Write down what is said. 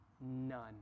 none